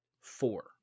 four